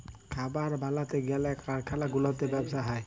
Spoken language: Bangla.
খাবার বালাতে গ্যালে কারখালা গুলাতে ব্যবসা হ্যয়